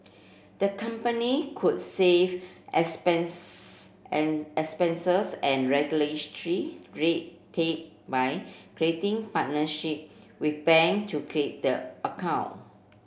the company could save expense and expenses and red tape by creating partnership with bank to create the account